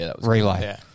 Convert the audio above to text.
relay